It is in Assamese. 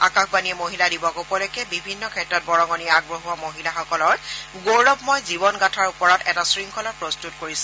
আকাশবাণীয়ে মহিলা দিৱস উপলক্ষে বিভিন্ন ক্ষেত্ৰত বৰঙণি আগবঢ়োৱা মহিলাসকলৰ গৌৰৱময় জীৱনগাথাৰ ওপৰত এটা শৃংখলা প্ৰস্তুত কৰিছে